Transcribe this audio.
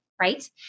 right